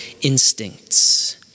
instincts